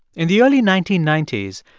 in the early nineteen ninety s,